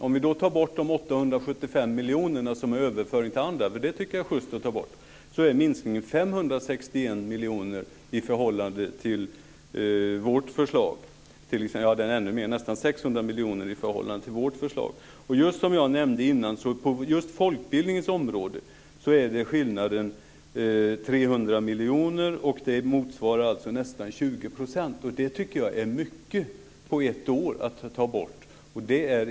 Om vi då tar bort de 875 miljoner som är överförda till andra utskott - det tycker jag är schyst att ta bort - är minskningen nästan 600 miljoner i förhållande till vårt förslag. Som jag nämnde tidigare är skillnaden på folkbildningens område 300 miljoner. Det motsvarar nästan 20 %. Det tycker jag är mycket att ta bort på ett år.